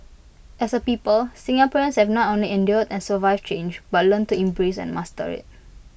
as A people Singaporeans have not only endured and survived change but learned to embrace and master IT